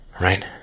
Right